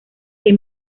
que